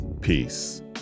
Peace